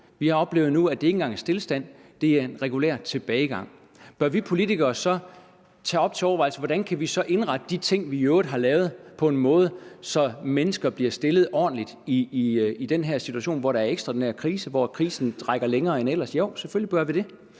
Vi har oplevet nu, at det ikke engang er stilstand, det er regulær tilbagegang. Bør vi politikere så ikke tage op til overvejelse, hvordan vi så kan indrette de ting, vi i øvrigt har lavet, på en måde, så mennesker bliver stillet ordentligt i den her situation, hvor der er ekstraordinær krise, og hvor krisen trækker længere ud end ellers? Jo, selvfølgelig bør vi det.